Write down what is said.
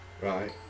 right